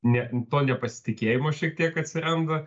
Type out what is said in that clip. ne to nepasitikėjimo šiek tiek atsiranda